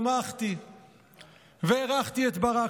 שמחתי והערכתי את ברק,